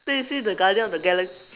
then you see the Guardian of the Gala~